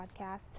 podcast